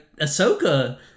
Ahsoka